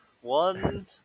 one